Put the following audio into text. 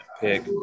pick